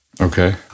Okay